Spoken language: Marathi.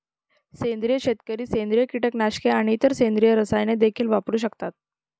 सेंद्रिय शेतकरी सेंद्रिय कीटकनाशके आणि इतर सेंद्रिय रसायने देखील वापरू शकतात